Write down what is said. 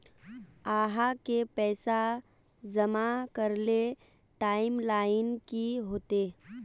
आहाँ के पैसा जमा करे ले टाइम लाइन की होते?